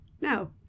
No